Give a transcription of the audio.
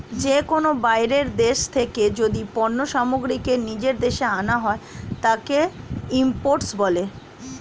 যে কোনো বাইরের দেশ থেকে যদি পণ্য সামগ্রীকে নিজের দেশে আনা হয়, তাকে ইম্পোর্ট বলে